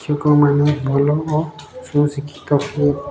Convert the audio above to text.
ଲୋକମାନେ ଭଲ ଓ ସୁଶିକ୍ଷିତ ହେଲେ